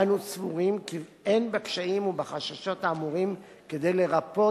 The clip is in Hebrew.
אנו סבורים כי אין בקשיים ובחששות האמורים כדי לרפות